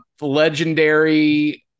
legendary